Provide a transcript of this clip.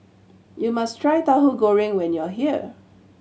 you must try Tahu Goreng when you are here